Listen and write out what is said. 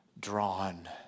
drawn